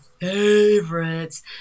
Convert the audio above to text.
favorites